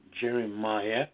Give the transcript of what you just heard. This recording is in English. Jeremiah